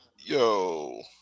yo